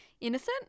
innocent